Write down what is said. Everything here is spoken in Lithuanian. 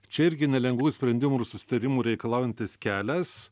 čia irgi nelengvų sprendimų ir susitarimų reikalaujantis kelias